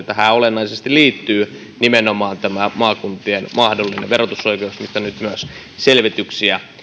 tähän olennaisesti liittyy nimenomaan maakuntien mahdollinen verotusoikeus mistä nyt myös selvityksiä